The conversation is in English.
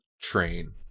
train